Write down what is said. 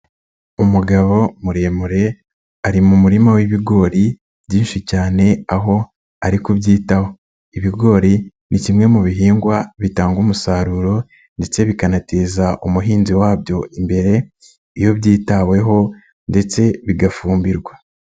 Umugabo muremure ari mu murima w'ibigori byinshi cyane aho ari kubyitaho ibigori ni kimwe mu bihingwa bitanga umusaruro ndetse bikanateza umuhinzi wabyo imbere iyo byitaweho ndetse bigafumbirwa.